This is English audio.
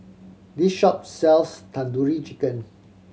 this shop sells Tandoori Chicken